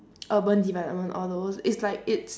urban development all those it's like it's